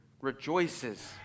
rejoices